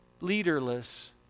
leaderless